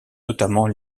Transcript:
notamment